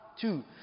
Two